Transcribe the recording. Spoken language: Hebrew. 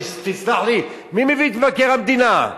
תסלח לי, מי מביא את מבקר המדינה?